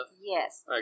Yes